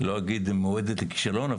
לא אגיד שהיא מועדת לכישלון,